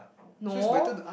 no